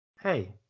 Hey